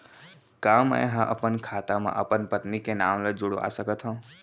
का मैं ह अपन खाता म अपन पत्नी के नाम ला जुड़वा सकथव?